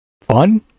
fun